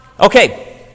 Okay